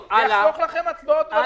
זה יחסוך לכם הצבעות.